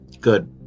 Good